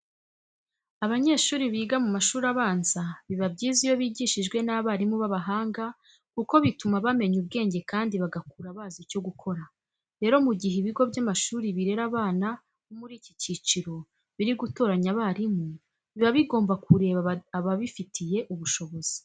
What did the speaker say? Abanyeshuri biga mu mashuri abanza biba byiza iyo bigishijwe n'abarimu b'abahanga kuko bituma bamenya ubwenge kandi bagakura bazi icyo gukora. Rero mu gihe ibigo by'amashuri birera abana bo muri iki cyiciro biri gutoranya abarimu, biba bigomba kureba ababifitiye ubushobozi.